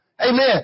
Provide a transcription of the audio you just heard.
Amen